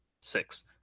Six